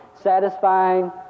Satisfying